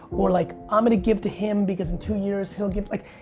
or like, i'm gonna give to him because in two years, he'll give, like,